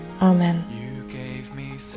Amen